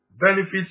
benefits